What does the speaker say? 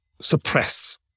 suppress